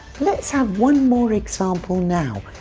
let's have one more example now,